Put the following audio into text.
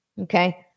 okay